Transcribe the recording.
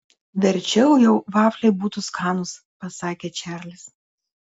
verčiau jau vafliai būtų skanūs pasakė čarlis